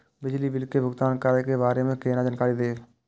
बिजली बिल के भुगतान करै के बारे में केना जानकारी देब?